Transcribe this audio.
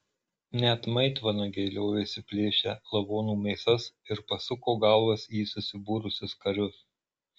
net maitvanagiai liovėsi plėšę lavonų mėsas ir pasuko galvas į susibūrusius karius